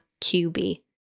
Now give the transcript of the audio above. qb